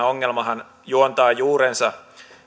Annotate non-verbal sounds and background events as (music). (unintelligible) ongelmahan juontaa juurensa